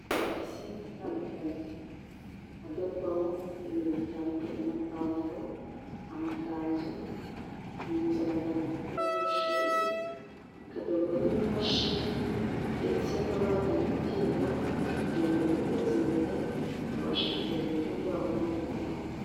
Amatisi atandukanye adorwamo ibintu bitandukanye. amapantaro, amakanzu, impuzankano z'abanyeshuri bikadorwa n'imashini ndetse n'abagiye kubyiga kugira ngo biteze imbere, babashe kugaburira urugo rwabo n'abana babo.